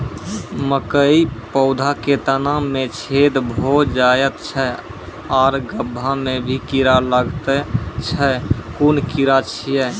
मकयक पौधा के तना मे छेद भो जायत छै आर गभ्भा मे भी कीड़ा लागतै छै कून कीड़ा छियै?